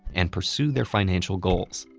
and pursue their financial goals.